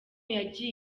yagiye